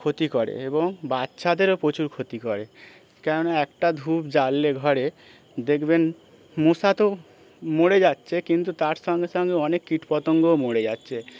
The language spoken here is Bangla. ক্ষতি করে এবং বাচ্চাদেরও প্রচুর ক্ষতি করে কেননা একটা ধূপ জ্বাললে ঘরে দেখবেন মশা তো মরে যাচ্ছে কিন্তু তার সঙ্গে সঙ্গে অনেক কীটপতঙ্গও মরে যাচ্ছে